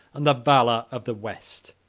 and the valor of the west.